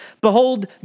Behold